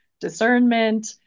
discernment